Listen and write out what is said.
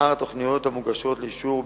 אחר התוכניות המוגשות לאישור ביצוען.